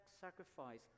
sacrifice